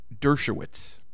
Dershowitz